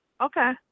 Okay